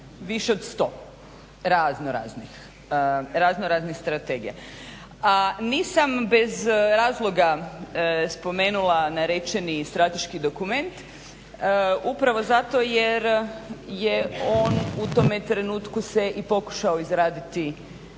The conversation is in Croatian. više od 100 raznoraznih strategija. A nisam bez razloga spomenula narečeni strateški dokument upravo zato jer je on u tome trenutku se i pokušao izraditi